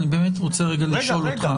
אני רוצה לשאול אותך --- רגע,